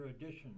addition